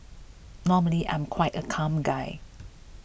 normally I'm quite a calm guy